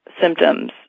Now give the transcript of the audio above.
symptoms